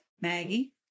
maggie